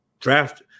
draft